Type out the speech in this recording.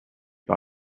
par